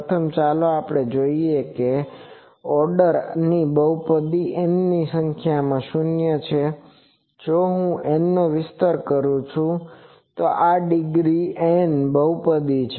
પ્રથમ ચાલો જોઈએ કે ઓર્ડર ની આ બહુપદી n ની સંખ્યામાં શૂન્ય છે જો હું N નો વિસ્તાર કરું તો આ ડિગ્રી N નો બહુપદી છે